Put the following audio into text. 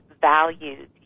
values